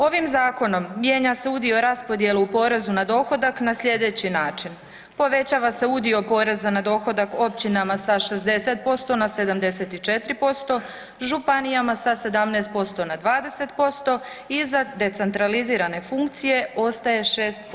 Ovim zakonom mijenja se udio raspodjele u porezu na dohodak na slijedeći način, povećava se udio poreza na dohodak općinama sa 60% na 74%, županijama sa 17% na 20% i za decentralizirane funkcije ostaje 6%